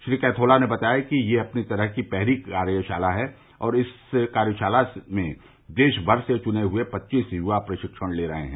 श्री कैथोला ने बताया कि यह अपनी तरह की पहली कार्यशाला है और इस कार्यशाला में देशमर से चुने गये फव्वीस युवा प्रशिक्षण ले रहे हैं